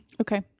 Okay